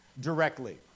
directly